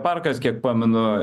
parkas kiek pamenu